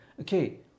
Okay